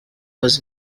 was